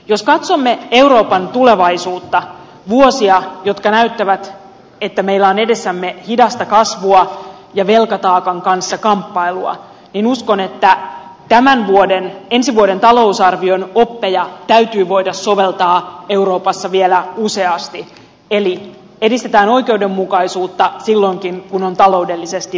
jos katsomme euroopan tulevaisuutta vuosia jotka näyttävät että meillä on edessämme hidasta kasvua ja velkataakan kanssa kamppailua niin uskon että ensi vuoden talousarvion oppeja täytyy voida soveltaa euroopassa vielä useasti eli edistetään oikeudenmukaisuutta silloinkin kun on taloudellisesti vaikeaa